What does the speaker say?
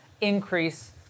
increase